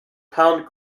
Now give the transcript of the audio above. pound